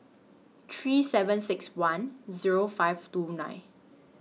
three seven six one Zero five two nine